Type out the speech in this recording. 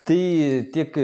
tai tiek